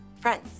Friends